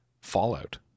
Fallout